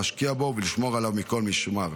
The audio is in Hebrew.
להשקיע בו ולשמור עליו מכל משמר.